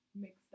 mixed